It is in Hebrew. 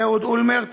אהוד אולמרט,